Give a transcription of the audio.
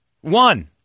One